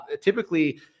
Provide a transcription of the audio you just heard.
typically